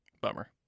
Bummer